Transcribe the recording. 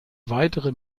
weitere